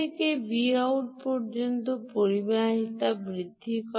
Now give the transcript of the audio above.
থেকে Vout পর্যন্ত পরিবাহিতা বৃদ্ধি করে